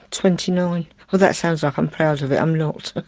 twenty nine that sounds like i'm proud of it. i'm not.